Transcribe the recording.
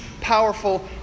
powerful